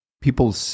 people